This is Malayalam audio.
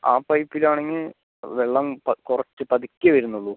ആ പൈപ്പിൽ ആണെങ്കിൽ വെള്ളം കുറച്ച് പതുക്കെ വരുന്നുള്ളൂ